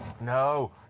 No